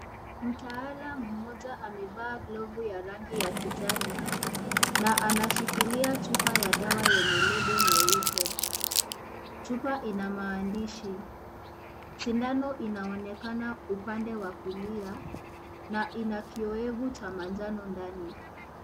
Mtaalamu mmoja ameva glovu ya rangi ya kijani na anashikilia dawa yenye lebo nyeup, chupa ina mandishi. Sindano inaonekana upande wa kulia na ina kiyowevu cha manjano ndani.